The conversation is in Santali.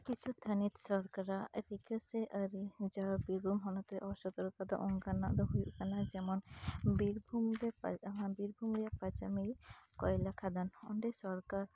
ᱠᱤᱪᱷᱩ ᱛᱷᱟᱱᱤᱛ ᱥᱚᱨᱠᱟᱨᱟᱜ ᱨᱤᱠᱟᱹ ᱥᱮ ᱟᱨᱤ ᱟᱨᱡᱟᱣ ᱵᱤᱨᱵᱷᱩᱢ ᱦᱚᱱᱚᱛ ᱨᱮ ᱚᱥᱚᱛᱚᱨᱠᱚ ᱫᱚ ᱚᱱᱠᱟᱱᱟᱜ ᱦᱩᱭᱩᱜ ᱠᱟᱱᱟ ᱡᱮᱢᱚᱱ ᱵᱤᱨᱵᱷᱩᱢ ᱨᱮ ᱵᱤᱨᱵᱷᱩᱢ ᱨᱮᱭᱟᱜ ᱯᱟᱸᱪᱟᱢᱤ ᱠᱚᱭᱞᱟ ᱠᱷᱟᱫᱟᱱ ᱦᱚᱸ ᱚᱸᱰᱮ ᱥᱚᱨᱠᱟᱨ